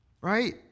right